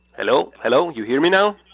hello? hello? you hear me now?